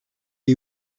est